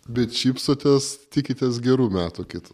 bet šypsotės tikitės gerų metų kitų